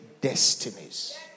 destinies